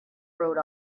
wrote